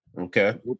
Okay